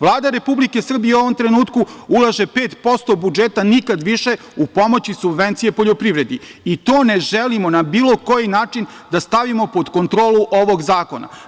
Vlada Republike Srbije u ovom trenutku ulaže 5% budžeta, nikad više u pomoći subvencija poljoprivredi i to ne želimo na bilo koji način da stavimo pod kontrolu ovog zakona.